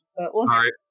Sorry